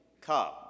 come